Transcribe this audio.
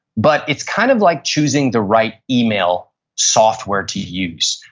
but it's kind of like choosing the right email software to use.